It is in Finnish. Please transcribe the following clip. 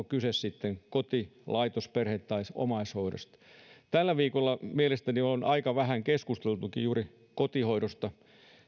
kyse sitten koti laitos perhe tai omaishoidosta tällä viikolla mielestäni on aika vähän keskusteltukin juuri kotihoidosta